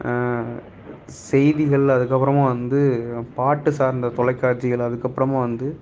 செய்திகள் அதுக்கப்புறமா வந்து பாட்டு சார்ந்த தொலைக்காட்சிகள் அதுக்கப்புறமா வந்து